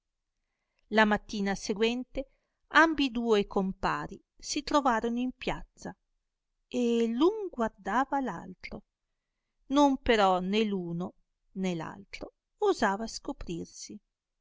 la mattina seguente ambiduo e compari si trovaro in piazza e l'un guardava l'altro non però né l'uno né l'altro osava scoprirsi